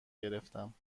گرفتم